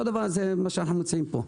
אותו דבר מה שאנו מציעים פה.